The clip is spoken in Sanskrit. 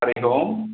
हरिः ओम्